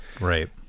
right